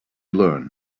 learn